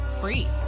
free